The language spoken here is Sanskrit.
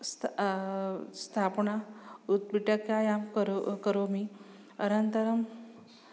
स्त स्थापनं उत्पीठिकायां करो करोमि अरन्तरं